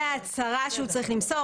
הוא הצהרה שהוא צריך למסור.